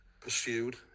pursued